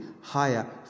higher